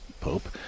Pope